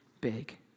big